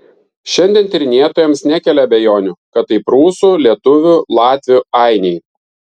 šiandien tyrinėtojams nekelia abejonių kad tai prūsų lietuvių latvių ainiai